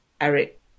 Eric